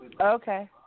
Okay